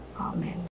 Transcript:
Amen